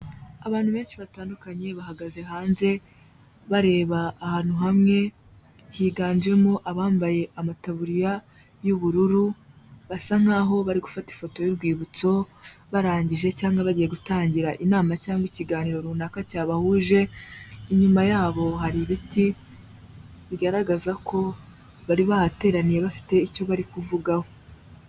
Abantu benshi batandukanye bahagaze hanze, bareba ahantu hamwe, higanjemo abambaye amataburiya y'ubururu basa nk'aho bari gufata ifoto y'urwibutso, barangije cyangwa bagiye gutangira inama cyangwa ikiganiro runaka cyabahuje, inyuma yabo hari ibiti bigaragaza ko bari bahateraniye bafite icyo bari kuvugaho.